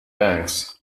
banks